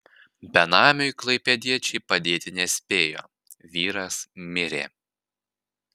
benamiui klaipėdiečiai padėti nespėjo vyras mirė